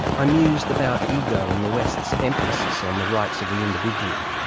i mused about ego and the west's emphasis on the rights of the individual,